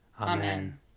Amen